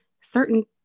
certain